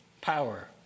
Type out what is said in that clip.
power